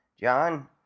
John